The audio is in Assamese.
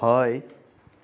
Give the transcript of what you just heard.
হয়